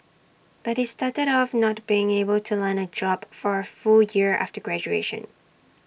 but he started off not being able to land A job for A full year after graduation